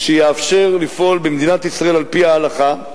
שיאפשר לפעול במדינת ישראל על-פי ההלכה,